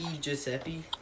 Giuseppe